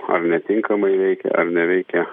ar netinkamai veikia ar neveikia